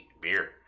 beer